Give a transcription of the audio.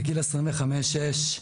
בגיל 25 או 26,